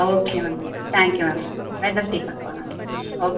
okay ma'am thank you ma'am Wednesday பார்க்கலாம் வாங்க okay ma'am